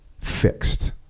fixed